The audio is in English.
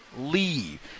leave